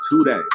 today